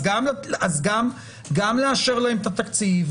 אז גם לאשר להם את התקציב,